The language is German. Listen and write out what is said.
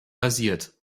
basiert